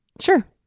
Sure